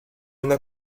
una